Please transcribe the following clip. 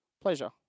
pleasure